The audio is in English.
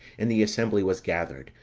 and the assembly was gathered,